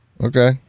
Okay